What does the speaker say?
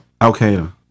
al-Qaeda